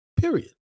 period